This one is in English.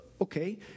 okay